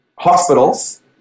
hospitals